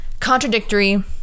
Contradictory